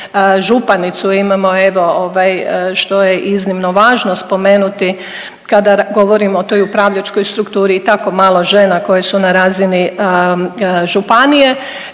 županicu imamo, evo ovaj što je iznimno važno spomenuti kada govorimo o toj upravljačkoj strukturi i tako malo žena koje su na razini županije